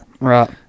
Right